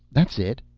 that's it.